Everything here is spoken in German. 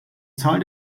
zahl